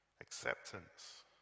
Acceptance